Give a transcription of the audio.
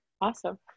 awesome